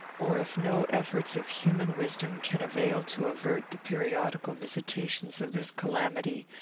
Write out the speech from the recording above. or, if no efforts of human wisdom can avail to avert the periodical visitations of this calamity,